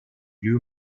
glue